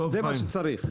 זה מה שצריך.